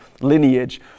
lineage